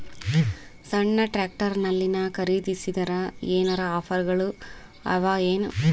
ಸಣ್ಣ ಟ್ರ್ಯಾಕ್ಟರ್ನಲ್ಲಿನ ಖರದಿಸಿದರ ಏನರ ಆಫರ್ ಗಳು ಅವಾಯೇನು?